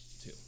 Two